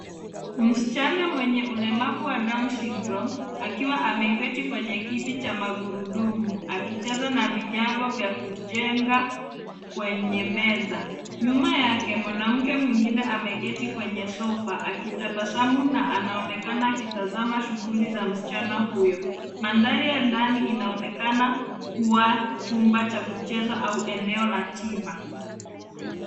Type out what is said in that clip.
Msichana mwenye ulemavu wa down syndrome akiwa ameketi kwenye kiti cha magurudumu akicheza na vinyago vya kujenga kwenye meza. Nyuma yake mwanamke mwingine ameketi kwenye sofa akitabasamu na anaonekana akitazama shughuli za.msichana huyo. Mandhari ya ndani inaonekana kuwa chumba cha kucheza au eneo la tiba.